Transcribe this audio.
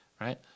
right